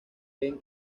gene